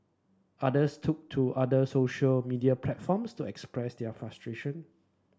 others took to other social media platforms to express their frustration